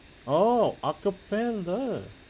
oh acapella